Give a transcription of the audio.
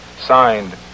Signed